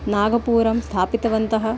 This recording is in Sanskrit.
नागपुरं स्थापितवन्तः